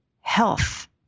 health